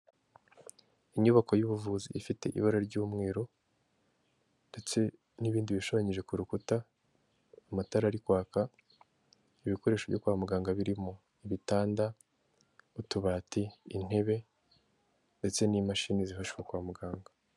Inyubako y'ubuvuzi ifite ibara ry'umweru ndetse n'ibindi bishushanyije ku rukuta, amatara ari kwaka, ibikoresho byo kwa muganga birimo: ibitanda, utubati, intebe ndetse n'imashini zifashishwa kwa muganga.